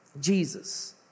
Jesus